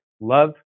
love